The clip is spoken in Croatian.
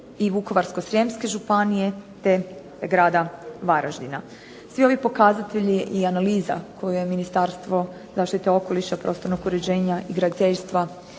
i Vukovarsko-srijemske županije te grada Varaždina. Svi ovi pokazatelji i analiza koju je Ministarstvo zaštite okoliša, prostornog uređenja i graditeljstva